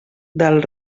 del